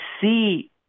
see